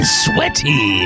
sweaty